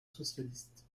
socialiste